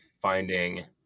finding